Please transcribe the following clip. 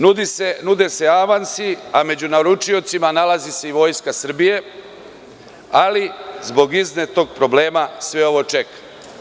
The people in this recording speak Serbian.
Nude se avansi, a među naručiocima se nalazi iVojska Srbije, ali zbog iznetog problema sve ovo čeka.